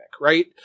right